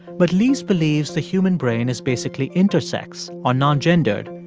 but lise believes the human brain is basically intersex, or non-gendered,